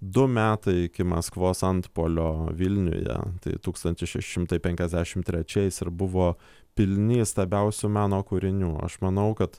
du metai iki maskvos antpuolio vilniuje tūkstantis šeši šimtai penkiasdešim trečiais ir buvo pilni įstabiausių meno kūrinių aš manau kad